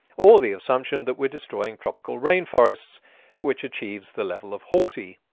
or the assumption that we'destroying tropical rain forests which achieves the level of haughty.